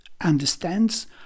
understands